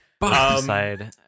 decide